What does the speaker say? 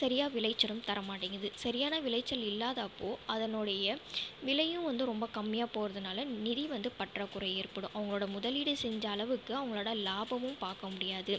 சரியாக விளைச்சலும் தரமாட்டேன்கிது சரியான விளைச்சல் இல்லாதப்போ அதனுடைய விலையும் வந்து ரொம்ப கம்மியாக போகிறதுனால நிதி வந்து பற்றாக்குறை ஏற்படும் அவங்களோடய முதலீடு செஞ்ச அளவுக்கு அவங்களால் லாபமும் பார்க்க முடியாது